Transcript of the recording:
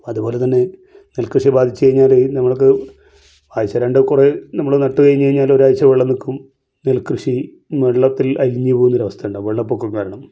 അതുപോലെ തന്നെ നെൽക്കൃഷിയെ ബാധിച്ച് കഴിഞ്ഞാൽ നമ്മൾക്ക് ആഴ്ചയിൽ രണ്ട് കുറേ നമ്മൾ നട്ട് കഴിഞ്ഞ് കഴിഞ്ഞാൽ ഒരാഴ്ച്ച വെള്ളം നിൽക്കും നെൽക്കൃഷി വെള്ളത്തിൽ അലിഞ്ഞ് പോകുന്നൊരു അവസ്ഥയുണ്ടാവും വെള്ളപ്പൊക്കം കാരണം